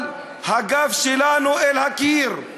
אבל הגב שלנו אל הקיר.